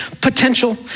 potential